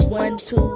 one-two